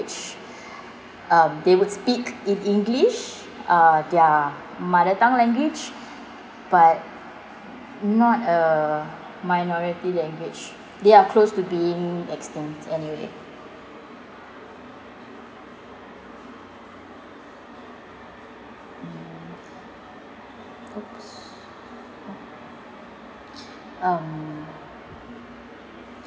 uh they would speak in english uh their mother tongue language but not a minority language they are close to being extinct anyway !oops! um